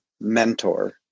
mentor